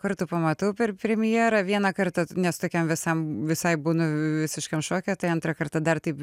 kartų pamatau per premjerą vieną kartą nes tokiam visam visai būnu visiškam šoke tai antrą kartą dar taip